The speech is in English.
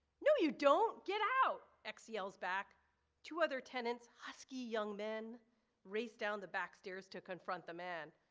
no you don't get out. x yells back to other tenants husky young men raced down the back stairs to confront the man.